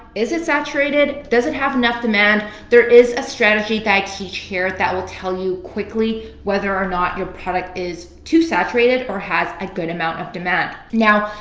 is it saturated? does it have enough demand? there is a strategy that i teach here that will tell you quickly whether or not your product is too saturated or have a good amount of demand. now,